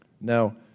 Now